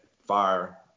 fire